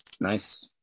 Nice